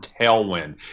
tailwind